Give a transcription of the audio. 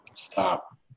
stop